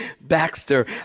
Baxter